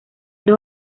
dos